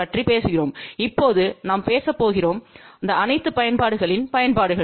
பற்றிப் பேசுகிறோம் இப்போது நாம் பேசப் போகிறோம் அந்த அனைத்து பயன்பாடுகளின் பயன்பாடுகள்